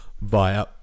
via